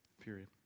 Period